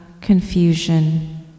confusion